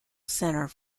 centre